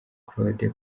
claude